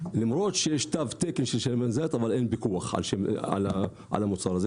למרות שיש תו תקן של שמן זית אין פיקוח על המוצר הזה.